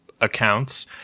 accounts